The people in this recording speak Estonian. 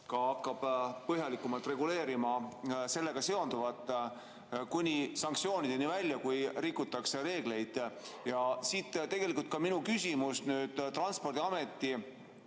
hakkab põhjalikumalt reguleerima sellega seonduvat kuni sanktsioonideni välja, kui rikutakse reegleid. Siit ka minu küsimus Transpordiameti